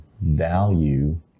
value